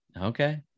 okay